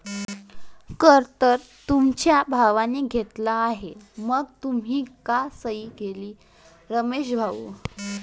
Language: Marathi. कर तर तुमच्या भावाने घेतला आहे मग तुम्ही का सही केली रमेश भाऊ?